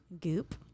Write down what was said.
Goop